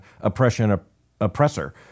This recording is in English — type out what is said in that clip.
oppression-oppressor